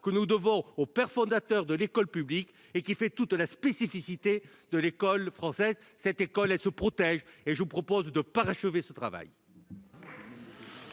que nous devons aux pères fondateurs de l'école publique et qui fait toute la spécificité de l'école française. Cette école, il faut la protéger, et je vous propose de parachever le travail.